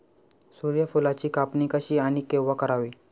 सूर्यफुलाची कापणी कशी आणि केव्हा करावी?